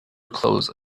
close